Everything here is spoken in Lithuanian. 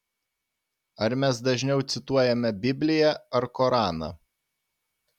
ar mes dažniau cituojame bibliją ar koraną